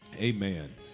Amen